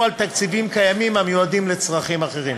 על תקציבים קיימים המיועדים לצרכים אחרים.